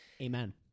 Amen